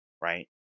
right